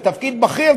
זה תפקיד בכיר,